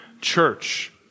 church